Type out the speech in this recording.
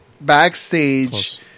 backstage